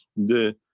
the,